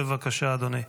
בבקשה, אדוני.